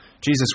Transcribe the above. Jesus